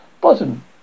Bottom